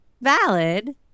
valid